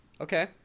Okay